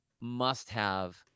must-have